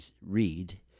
read